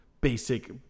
basic